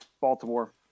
Baltimore